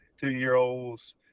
two-year-olds